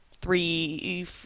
three